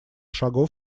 шагов